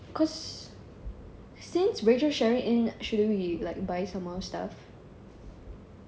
cause since rachel sharing in shouldn't we buy like some more stuff